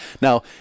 Now